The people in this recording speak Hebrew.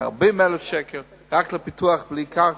140,000 שקל רק לפיתוח בלי הקרקע.